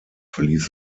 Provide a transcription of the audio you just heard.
verlief